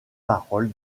parole